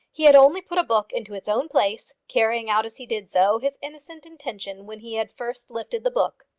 he had only put a book into its own place, carrying out as he did so his innocent intention when he had first lifted the book.